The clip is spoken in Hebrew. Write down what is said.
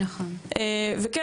בנוסף,